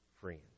friends